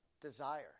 desire